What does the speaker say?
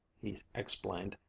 he explained,